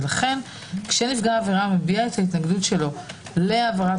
לכן כשנפגע העבירה מביע התנגדותו להעברת